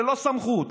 ללא סמכות,